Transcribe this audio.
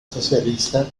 socialista